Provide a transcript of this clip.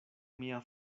mia